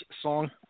song